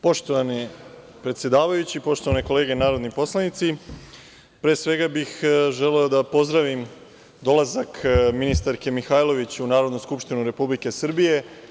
Poštovani predsedavajući, poštovane kolege narodni poslanici, pre svega bih želeo da pozdravim dolazak ministarke Mihajlović u Narodnu skupštinu Republike Srbije.